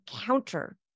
counter